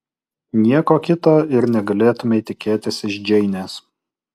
nieko kito ir negalėtumei tikėtis iš džeinės